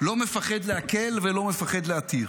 לא מפחד להקל ולא מפחד להתיר.